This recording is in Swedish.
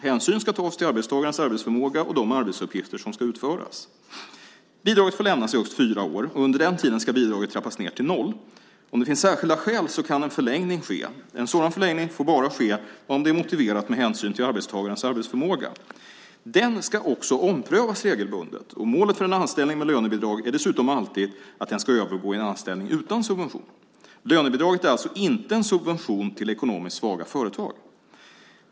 Hänsyn ska tas till arbetstagarens arbetsförmåga och de arbetsuppgifter som ska utföras. Bidraget får lämnas i högst fyra år, och under den tiden ska bidraget trappas ned till noll. Om det finns särskilda skäl så kan en förlängning ske. En sådan förlängning får bara ske om det är motiverat med hänsyn till arbetstagarens arbetsförmåga. Den ska också omprövas regelbundet. Målet för en anställning med lönebidrag är dessutom alltid att den ska övergå i en anställning utan subvention. Lönebidraget är alltså inte en subvention till ekonomiskt svaga företag.